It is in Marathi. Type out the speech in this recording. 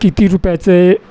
किती रुपयाचे